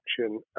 action